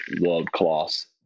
world-class